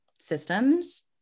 systems